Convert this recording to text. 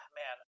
man